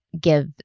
give